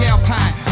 Alpine